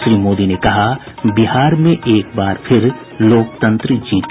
श्री मोदी ने कहा बिहार में एक बार फिर लोकतंत्र जीता